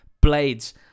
Blades